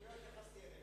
לא התייחסתי אליך.